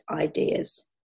ideas